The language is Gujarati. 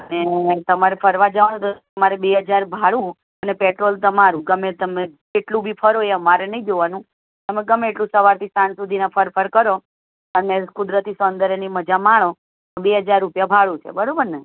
ને તમારે ફરવા જવાનું તો તમારે બે હજાર ભાડું અને પેટ્રોલ તમારું ગમે તમે કેટલું બી ફરો એ અમારે નહીં જોવાનું તમે ગમે તેટલું સવારથી સાંજ સુધીના ફર ફર કરો અને કુદરતી સૌંદર્યની મજા માણો બે હજાર રૂપિયા ભાડું છે બરાબર ને